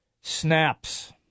Snaps